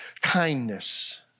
kindness